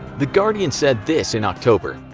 the guardian said this in october,